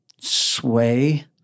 sway